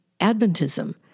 Adventism